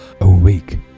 awake